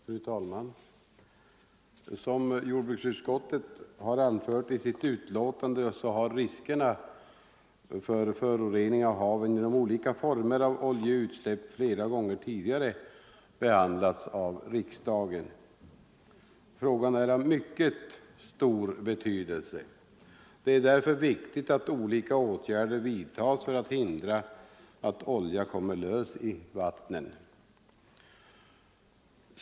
Fru talman! Som jordbruksutskottet har anfört i sitt betänkande har riskerna för förorening av haven genom olika former av oljeutsläpp flera gånger tidigare behandlats av riksdagen. Frågan är av mycket stor betydelse. Det är därför viktigt att olika åtgärder vidtas för att hindra att olja kommer ut i vattnen.